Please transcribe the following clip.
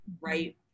right